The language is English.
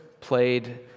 played